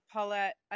Paulette